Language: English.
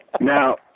Now